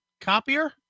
Copier